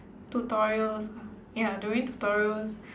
tutorials ya during tutorials